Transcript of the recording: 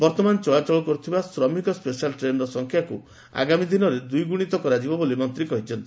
ବର୍ଉମାନ ଚଳାଚଳ କରୁଥିବା ଶ୍ରମିକ ସ୍ବେଶାଲ ଟ୍ରେନ୍ର ସଂଖ୍ୟାକୁ ଆଗାମୀ ଦିନରେ ଦ୍ୱିଗୁଶିତ କରାଯିବ ବୋଲି ମନ୍ତୀ କହିଛନ୍ତି